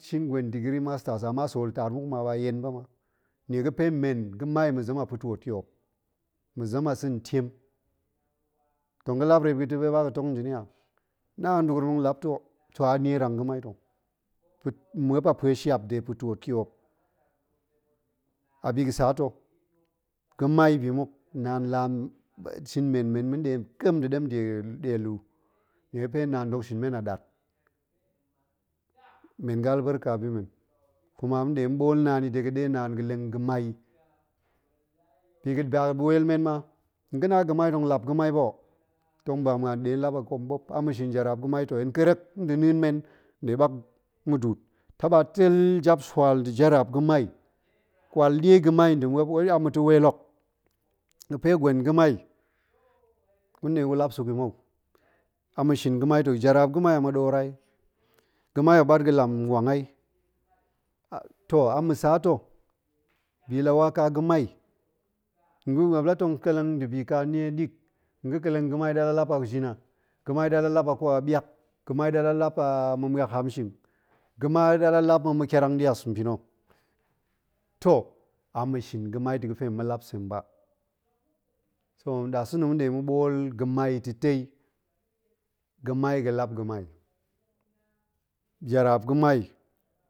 Shin gwen digre master, ama sool taar muk ma ba yen ba ma, nnie ga̱pe men ga̱ma. ma̱zem a pa twoot, mazem a sa̱ntiem, tong ga̱lap ro̱o̱p ga̱ ta̱ ɗe ba ga̱tong yi nda̱ ni a, na a nda̱gurum tong lap ta̱ ho, toh a nierang ga̱ma ta̱ pa̱ mmuop a pueshap de pa̱twoot tyop, a ɓiga̱ sa ta̱ ga̱mai bi muk naan la shin men men ma̱ɗe kem nda̱ ɗem de ɗielu, nnie ga̱pe naan dok shin men a ɗat, men ga̱ alberka bi men, kuma ma̱ɗe ma̱ ɓoolnaan yi dega̱ ɗe naan ga̱ leng ga̱mai yi, bi ga̱ dal tong lap ga̱mai ba ho, tong ba muan nɗɓ lap a kwamɓop a ma̱ shin jaraap ma̱mai ta̱ hen kerrek nda̱ na̱a̱n men nɗe ɓak mudu'ut taɓa teel japswal nda̱ jaraap ga̱mai kwal ɗie ga̱mai nda̱ muop wei amma̱ ta̱ weel hok ga̱pe gwen ga̱mai guɗe gulap suk yi mou, amma̱ shin ga̱mai ta̱ jaraap ga̱mai a ma̱ɗoor ai, ga̱mai muop ɓat ga̱lang wang ai, toh a mma̱ sa ta̱, bi la wa ka ga̱mai, nga̱ muop la tong kelleng nda̱bi ka nie ɗik, nga̱ kelleng ga̱mai ɗa la lap a jin ga̱mai ɗa la lap a kwa ɓiak ga̱mai ɗa la lap a ma̱miak a hamshing, ga̱mai ɗa la lap a ma̱kya rangɗias mpin ho, toh a mma̱shin ga̱mai ta̱ ga̱fe tong ma̱lap sem ba, toh nɗasa̱na̱ ma̱ɗe tong ma̱ ɓool ga̱mai yi ta̱tei, ga̱mai ga̱lap ga̱mai, jaraap ga̱mai